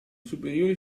superiori